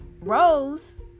Rose